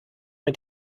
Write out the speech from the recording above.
mit